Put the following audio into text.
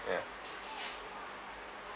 ya